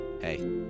hey